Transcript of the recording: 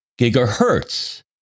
gigahertz